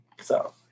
So-